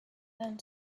then